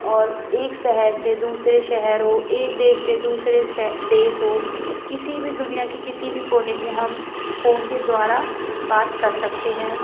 और एक शहर से दूसरे शहर हो एक देश से दूसरे शे देश हो किसी भी दुनिया की किसी भी कोने में हम फोन के द्वारा बात कर सकते हैं